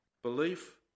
Belief